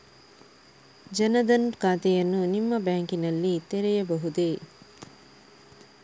ಜನ ದನ್ ಖಾತೆಯನ್ನು ನಿಮ್ಮ ಬ್ಯಾಂಕ್ ನಲ್ಲಿ ತೆರೆಯಬಹುದೇ?